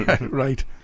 right